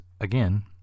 again